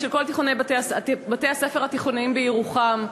של כל בתי-הספר התיכוניים בירוחם.